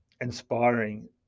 inspiring